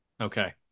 Okay